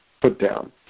put-down